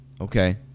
okay